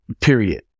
Period